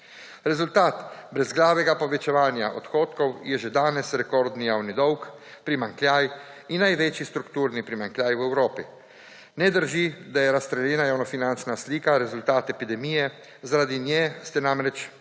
Rezultat brezglavega povečevanja odhodkov je že danes rekordni javni dolg, primanjkljaj in največji strukturni primanjkljaj v Evropi. Ne drži, da je razstreljena javnofinančna slika rezultat epidemije. Zaradi nje ste namreč pridelali